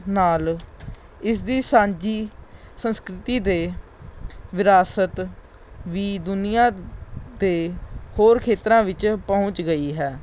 ਨਾਲ ਇਸ ਦੀ ਸਾਂਝੀ ਸੰਸਕ੍ਰਿਤੀ ਦੇ ਵਿਰਾਸਤ ਵੀ ਦੁਨੀਆ 'ਤੇ ਹੋਰ ਖੇਤਰਾਂ ਵਿੱਚ ਪਹੁੰਚ ਗਈ ਹੈ